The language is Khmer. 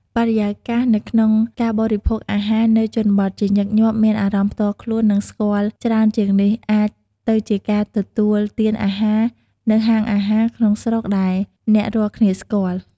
បរិយាកាសនៅក្នុងការបរិភោគអាហារនៅជនបទជាញឹកញាប់មានអារម្មណ៍ផ្ទាល់ខ្លួននិងស្គាល់ច្រើនជាងនេះអាចទៅជាការទទួលទានអាហារនៅហាងអាហារក្នុងស្រុកដែលអ្នករាល់គ្នាស្គាល់។